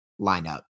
lineup